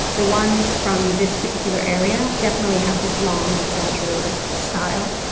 the ones from this particular area definitely have this long, exaggerated style.